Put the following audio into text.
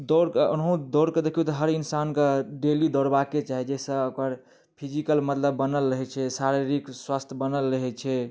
दौड़ ओनाहिओ दौड़के देखिऔ तऽ हर इन्सानके डेली दौड़बाके चाही जाहिसँ ओकर फिजिकल मतलब बनल रहै छै शारीरिक स्वास्थ्य बनल रहै छै